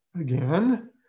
again